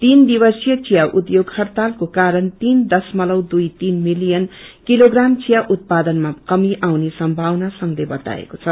तीन दिवसीय चिया उध्योग हइतालको कारण मीन दश्रमलव दुई तीन मिलियन किलोग्राम थिया उत्पादनमा कमी आउने संभावना संघले बताएको छ